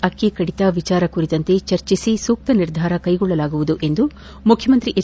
ಅಕ್ಕಿ ಕಡಿತ ವಿಚಾರ ಕುರಿತಂತೆ ಚರ್ಚಿಸಿ ಸೂಕ್ತ ನಿರ್ಧಾರ ಕೈಗೊಳ್ಳಲಾಗುವುದು ಎಂದು ಮುಖ್ಯಮಂತ್ರಿ ಎಚ್